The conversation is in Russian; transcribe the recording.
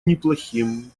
неплохим